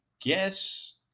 guess